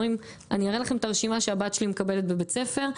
אומרים אני אראה לכם את הרשימה שהבת שלי מקבלת בבית ספר,